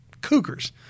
cougars